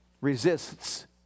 resists